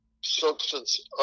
substance